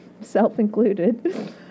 Self-included